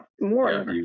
more